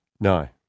No